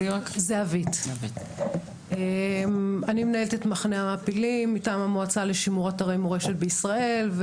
אני מנהלת את מחנה המעפילים מטעם המועצה לשימור אתרי מורשת בישראל.